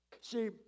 See